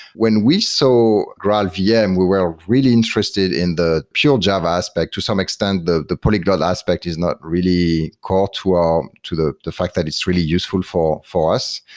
when we saw so graalvm, yeah and we were ah really interested in the pure java aspect. to some extent, the the polyglot aspect is not really core to um to the the fact that it's really useful for for us.